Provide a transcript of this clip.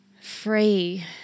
free